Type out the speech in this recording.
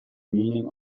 meaning